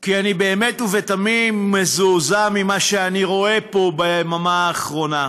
כי אני באמת ובתמים מזועזע ממה שאני רואה פה ביממה האחרונה.